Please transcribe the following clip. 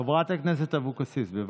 חברת הכנסת אבקסיס, בבקשה.